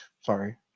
Sorry